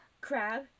Crab